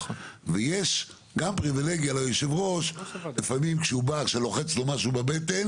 יש גם פריבילגיה ליושב-ראש לפעמים כשלוחץ לו משהו בבטן